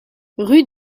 rue